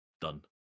done